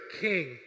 king